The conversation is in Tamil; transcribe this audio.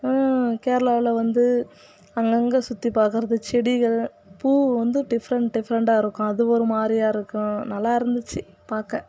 கேரளாவில் வந்து அங்கங்கே சுற்றி பார்க்குறது செடிகள் பூ வந்து டிஃபரெண்ட் டிஃபரெண்ட்டாக இருக்கும் அது ஒரு மாதிரியா இருக்கும் நல்லா இருந்துச்சு பார்க்க